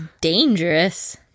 dangerous